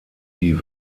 die